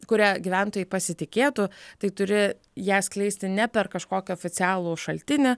kuria gyventojai pasitikėtų tai turi ją skleisti ne per kažkokį oficialų šaltinį